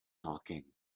talking